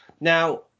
Now